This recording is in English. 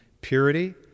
purity